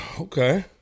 Okay